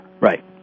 Right